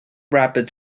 rapid